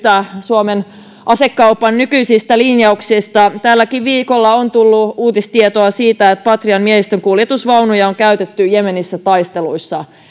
suomen asekaupan nykyisistä linjauksista tälläkin viikolla on tullut uutistietoa siitä että patrian miehistönkuljetusvaunuja on käytetty jemenissä taisteluissa